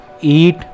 eat